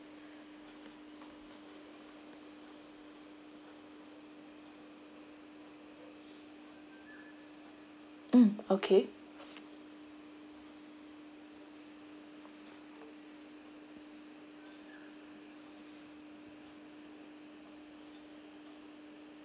mm okay